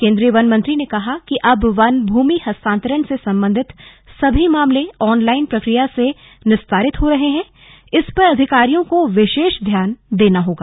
केन्द्रीय वन मंत्री ने कहा कि अब वन भूमि हस्तान्तरण से सम्बन्धित सभी मामले आन लाईन प्रक्रिया से निस्तारित हो रहे है इस पर अधिकारियों को विशेष ध्यान देना होगा